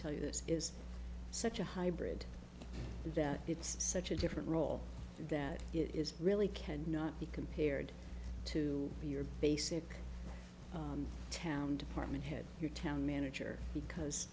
tell you this is such a hybrid that it's such a different role that it is really can not be compared to your basic town department head your town manager because